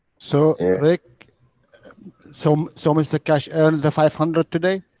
so, rick so. so mr keshe earn the five hundred today?